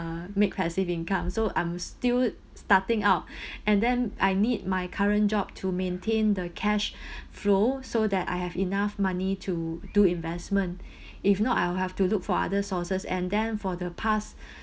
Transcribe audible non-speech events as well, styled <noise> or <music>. uh make passive income so I'm still starting up <breath> and then I need my current job to maintain the cash <breath> flow so that I have enough money to do investment <breath> if not I'll have to look for other sources and then for the past <breath>